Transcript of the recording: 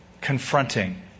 confronting